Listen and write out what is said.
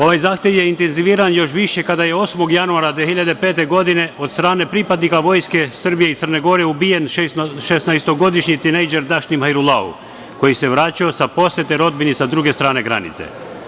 Ovaj zahtev je intenziviran još više kada je 8. januara 2005. godine, od strane pripadnika Vojske Srbije i Crne Gore, ubijen šesnaestogodišnji tinejdžer Dašnim Hajrulahu koji se vraćao iz posete rodbini sa druge strane granice.